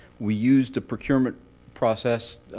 we used a procurement process